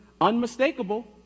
unmistakable